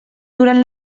durant